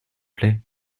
plait